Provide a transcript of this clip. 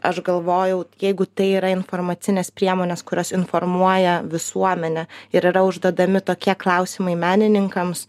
aš galvojau jeigu tai yra informacinės priemonės kurios informuoja visuomenę ir yra užduodami tokie klausimai menininkams